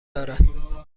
دارد